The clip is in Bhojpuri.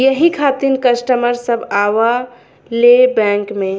यही खातिन कस्टमर सब आवा ले बैंक मे?